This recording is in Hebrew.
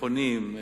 מכונים,